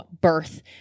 birth